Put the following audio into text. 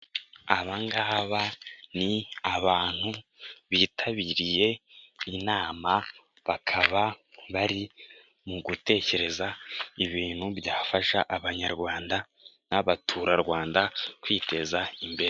Aba ngaba ni abantu bitabiriye inama bakaba bari mu gutekereza ibintu byafasha abanyarwanda n'abaturarwanda kwiteza imbere.